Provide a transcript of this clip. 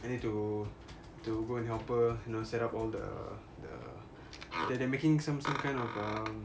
I need to to go and help her you know set up all the the they are making some kind of um